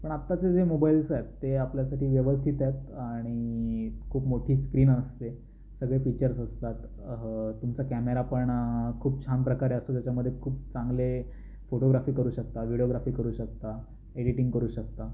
पण आत्ताचे जे मोबाईल्स आहेत ते आपल्यासाठी व्यवस्थित आहेत आणि खूप मोठी स्क्रीन असते सगळे फीचर्स असतात तुमचा कॅमेरा पण खूप छान प्रकारे असतो त्याच्यामध्ये खूप चांगले फोटोग्राफी करू शकता व्हिडिओग्राफी करू शकता एडिटिंग करू शकता